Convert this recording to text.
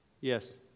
Yes